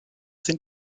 sind